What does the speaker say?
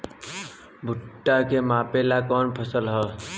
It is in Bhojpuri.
भूट्टा के मापे ला कवन फसल ह?